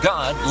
God